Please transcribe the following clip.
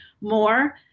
more